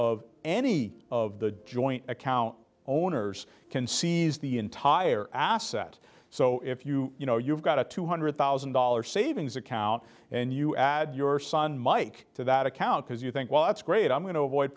of any of the joint account owners can seize the entire asset so if you you know you've got a two hundred thousand dollars savings account and you add your son mike to that account because you think well that's great i'm going to avoid